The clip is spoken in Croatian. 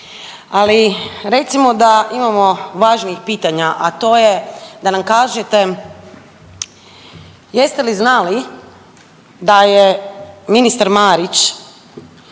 Ali recimo da imamo važnijih pitanja, a to je da nam kažete jeste li znali da je ministar Marić